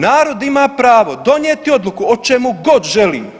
Narod ima pravo donijeti odluku o čemu god želi.